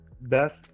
best